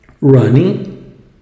running